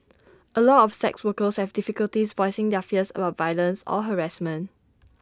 A lot of sex workers have difficulties voicing their fears about violence or harassment